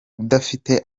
udafite